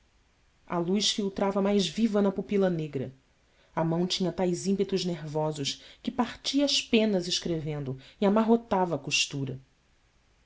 a luz filtrava mais viva na pupila negra a mão tinha tais ímpetos nervosos que partia as penas escrevendo e amarrotava a costura